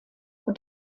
und